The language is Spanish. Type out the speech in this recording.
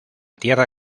tierra